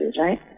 right